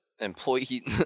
employee